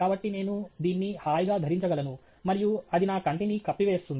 కాబట్టి నేను దీన్ని హాయిగా ధరించగలను మరియు అది నా కంటిని కప్పివేస్తుంది